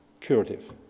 Curative